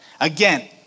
Again